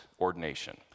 ordination